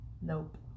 Nope